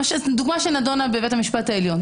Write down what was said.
דוגמה שנדונה בבית משפט העליון.